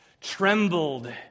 trembled